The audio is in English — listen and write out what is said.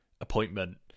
appointment